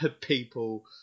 people